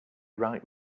right